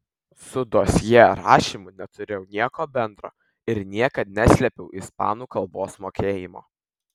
su dosjė rašymu neturėjau nieko bendro ir niekad neslėpiau ispanų kalbos mokėjimo